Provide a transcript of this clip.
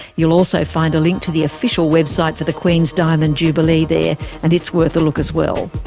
you'll also find a link to the official website for the queen's diamond jubilee there and it's worth a look as well.